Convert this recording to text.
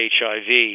HIV